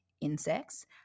insects